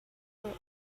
were